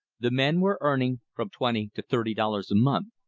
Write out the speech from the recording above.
the men were earning from twenty to thirty dollars a month.